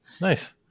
Nice